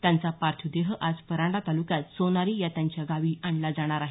त्यांचा पार्थिव देह आज परांडा तालुक्यात सोनारी या त्यांच्या गावी आणला जाणार आहे